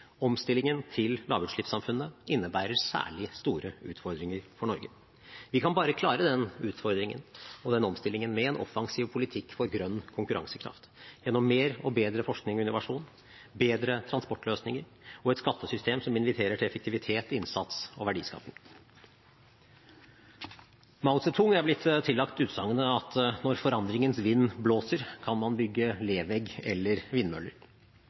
Omstillingen til lavutslippssamfunnet innebærer særlig store utfordringer for Norge. Vi kan bare klare den utfordringen og den omstillingen med en offensiv politikk for grønn konkurransekraft: gjennom mer og bedre forskning og innovasjon, bedre transportløsninger og et skattesystem som inviterer til effektivitet, innsats og verdiskaping. Mao Zedong er blitt tillagt utsagnet at når forandringens vind blåser, kan man bygge levegg eller vindmøller.